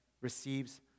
receives